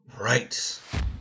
Right